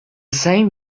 same